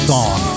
Song